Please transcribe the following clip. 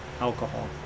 alcohol